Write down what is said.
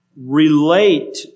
relate